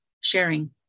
sharing